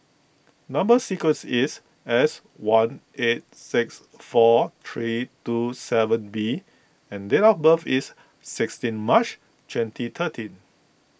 Number Sequence is S one eight six four three two seven B and date of birth is sixteen March twenty thirteen